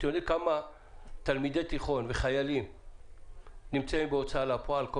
אתם יודעים כמה תלמידי תיכון וחיילים נמצאים בהוצאה לפועל על כל